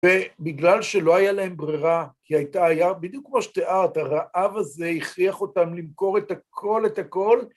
ובגלל שלא היה להם ברירה, כי הייתה, היה בדיוק כמו שתיארת, הרעב הזה הכריח אותם למכור את הכל, את הכל,